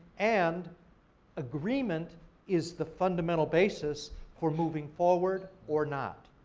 and agreement is the fundamental basis for moving forward or not.